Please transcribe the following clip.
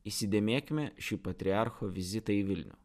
įsidėmėkime šį patriarcho vizitą į vilnių